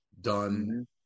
done